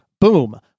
boom